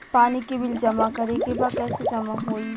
पानी के बिल जमा करे के बा कैसे जमा होई?